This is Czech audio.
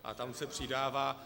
A tam se přidává.